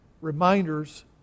reminders